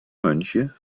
mönche